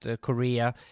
Korea